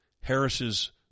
Harris's